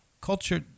culture